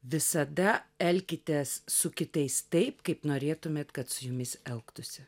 visada elkitės su kitais taip kaip norėtumėt kad su jumis elgtųsi